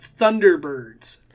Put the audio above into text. Thunderbirds